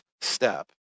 step